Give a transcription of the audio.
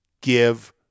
give